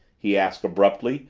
he asked abruptly,